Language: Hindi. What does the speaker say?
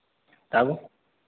तब